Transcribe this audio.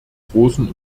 großen